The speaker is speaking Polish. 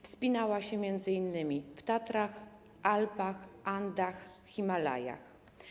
Wspinała się m.in. w Tatrach, Alpach, Andach i Himalajach.